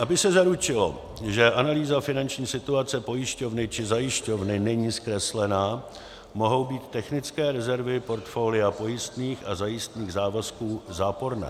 Aby se zaručilo, že analýza finanční situace pojišťovny či zajišťovny není zkreslená, mohou být technické rezervy portfolia pojistných a zajistných závazků záporné.